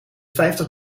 vijftig